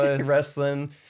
wrestling